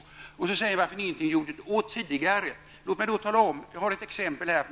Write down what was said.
Sedan till frågan om varför inget gjorts åt detta tidigare. Låt mig då visa ett exempel.